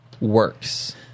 works